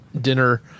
dinner